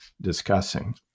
discussing